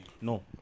No